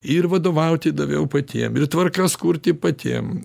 ir vadovauti daviau patiem ir tvarkas kurti patiem